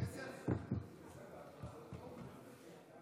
(הישיבה נפסקה בשעה 21:48 ונתחדשה בשעה